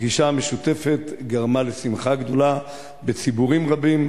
הפגישה המשותפת גרמה לשמחה גדולה בציבורים רבים.